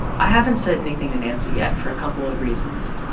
i haven't said anything to nancy yet for a couple of reasons.